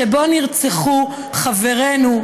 ובו נרצחו חברינו,